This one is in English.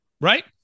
Right